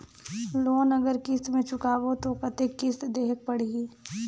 Loan अगर किस्त म चुकाबो तो कतेक किस्त देहेक पढ़ही?